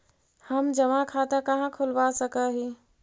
हम जमा खाता कहाँ खुलवा सक ही?